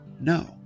no